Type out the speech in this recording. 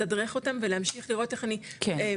לתדרך אותם ולהמשיך לראות איך אני נעזרת